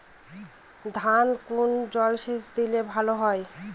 ধানে কোন জলসেচ দিলে ভাল হয়?